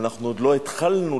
התופעה